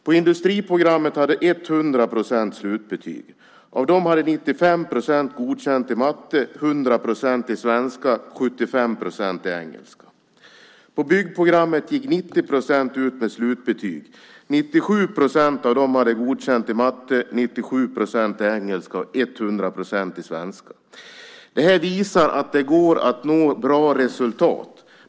På industriprogrammet hade 100 % slutbetyg. Av dem hade 95 % godkänt i matte, 100 % i svenska och 75 % i engelska. På byggprogrammet gick 90 % ut med slutbetyg. 97 % av dem hade godkänt i matte, 97 % i engelska och 100 % i svenska. Detta visar att det går att nå bra resultat.